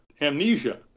amnesia